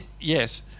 Yes